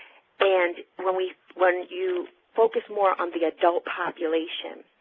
and when we when you focus more on the adult population,